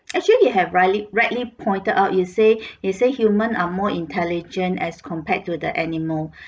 actually you have rightly rightly pointed out you say you say human are more intelligent as compared to the animal